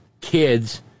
kids